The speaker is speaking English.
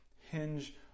hinge